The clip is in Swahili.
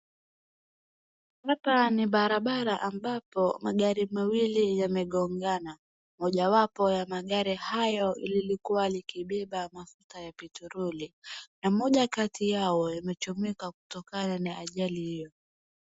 Hapa ni barabara ambapo magari mawili yamegongana. Mojawapo ya magari hayo lilikuwa likibeba mafuta ya petroli na moja kati yao yamechomeka kutokana na ajali hiyo.